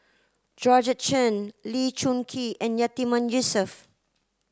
Georgette Chen Lee Choon Kee and Yatiman Yusof